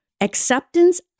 Acceptance